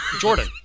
Jordan